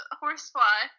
horsefly